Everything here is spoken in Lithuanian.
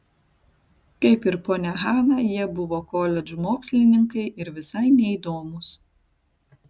kaip ir ponia hana jie buvo koledžų mokslininkai ir visai neįdomūs